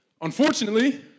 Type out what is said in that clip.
Unfortunately